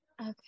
Okay